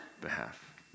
behalf